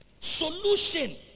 Solution